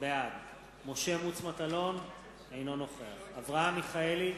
בעד משה מטלון, אינו נוכח אברהם מיכאלי,